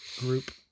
Group